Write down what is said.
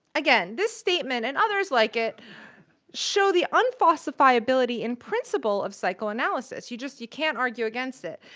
again, this statement and others like it show the unfalsifiablity in principle of psychoanalysis. you just, you can't argue against it.